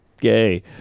gay